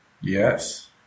Yes